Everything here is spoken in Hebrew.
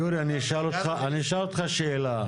יורי, אני אשאל אותך שאלה.